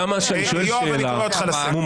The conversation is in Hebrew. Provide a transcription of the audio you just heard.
יואב, אני קורא אותך לסדר.